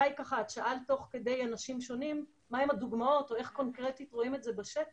את שאלת תוך כדי מה הדוגמאות או איך קונקרטית רואים את זה בשטח,